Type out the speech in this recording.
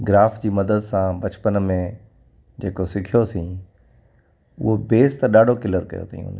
graph जी मदद सां बचपन में जेको सिखियोसीं उहो बेस त ॾाढो क्लीयर कयो अथेई हुन